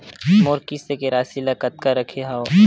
मोर किस्त के राशि ल कतका रखे हाव?